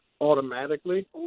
automatically